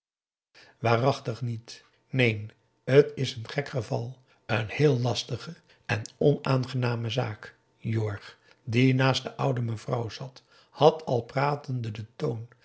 waarachtig niet neen t is n gek geval n heel lastige en onaangename zaak jorg die naast de oude mevrouw zat had al pratende den toon